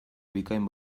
bikain